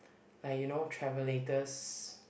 like you know travellators